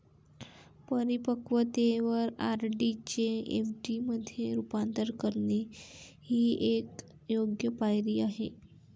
परिपक्वतेवर आर.डी चे एफ.डी मध्ये रूपांतर करणे ही एक योग्य पायरी आहे